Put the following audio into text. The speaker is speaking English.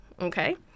Okay